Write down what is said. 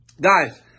Guys